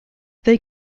they